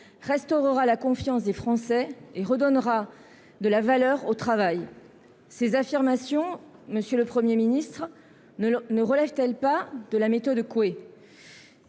restaurera la confiance des Français et redonnera de la valeur au travail. Ces affirmations, monsieur le Premier ministre, ne relèvent-elles pas de la méthode Coué ?